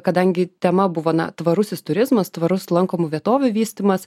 kadangi tema buvo na tvarusis turizmas tvarus lankomų vietovių vystymas